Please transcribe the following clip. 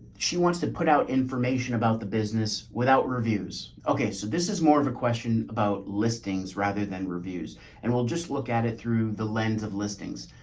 she wants to put out information about the business without reviews. okay, so this is more of a question about listings rather than reviews and we'll just look at it through the lens of listings.